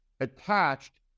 attached